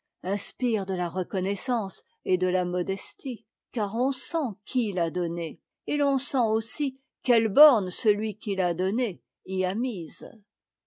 inspire de la reconnaissance et de la modestie car on sent qui l'a donné et l'on sent aussi quelles bornes celui qui l'a donné y a mises